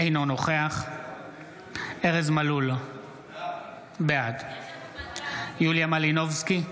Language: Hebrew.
אינו נוכח ארז מלול, בעד יוליה מלינובסקי,